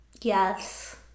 Yes